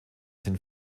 sind